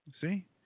See